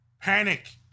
panic